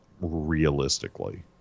realistically